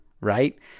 right